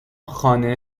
خانه